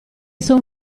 son